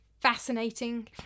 fascinating